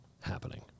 happening